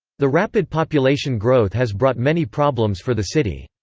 the rapid population growth has brought many problems for the city.